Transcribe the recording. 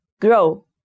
grow